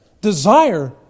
desire